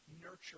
nurture